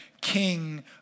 king